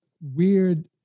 weird